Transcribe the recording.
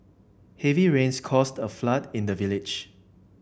heavy rains caused a flood in the village